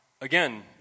again